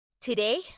Today